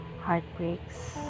heartbreaks